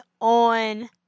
on